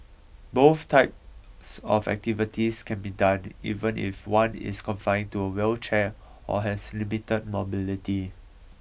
both types of activities can be done even if one is confined to a wheelchair or has limited mobility